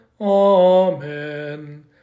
Amen